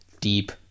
deep